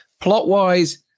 Plot-wise